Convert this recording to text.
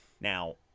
Now